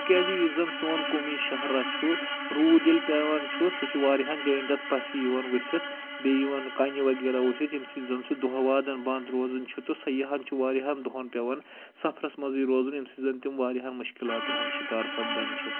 تِکیازِ یُس زَن سون قومی شَہراہ چھُ روٗد ییٚلہِ پٮ۪وان چھُ سُہ چھُ وارِہاہن جایَن تَتھ پَسہِ یِوان ؤسِتھ بیٚیہِ یِوان کَنہِ وغیرہ ؤسِتھ ییٚمہِ سٕتۍ زَنہٕ سُہ دۄہ وادَن بنٛد روزان چھِ تہٕ سیاحَن چھِ وارِیاہن دۄہَن پٮ۪وان سَفرَس منٛزٕے روزان یٔمۍ سٕتۍ زَن تِم وارِیاہَن مُشکلاتَن ہُنٛد شِکار سَپدَن چھِ